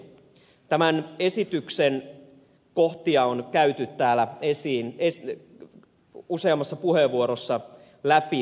tämän esityksen kohtia on käyty täällä useammassa puheenvuorossa läpi